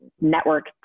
network